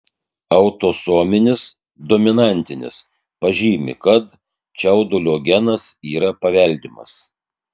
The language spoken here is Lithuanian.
autosominis dominantinis pažymi kad čiaudulio genas yra paveldimas